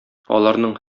аларның